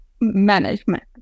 management